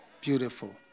Beautiful